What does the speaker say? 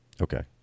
Okay